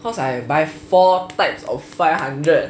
cause I buy four types of five hundred